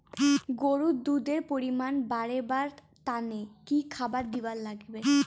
গরুর দুধ এর পরিমাণ বারেবার তানে কি খাবার দিবার লাগবে?